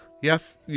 Yes